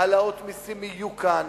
העלאות מסים יהיו כאן.